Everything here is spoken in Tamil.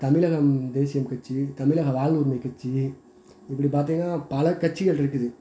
தமிழகம் தேசியம் கட்சி தமிழக வாழ்வுரிமை கட்சி இப்படி பார்த்தீங்கன்னா பல கட்சிகள்ருக்குது